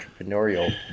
entrepreneurial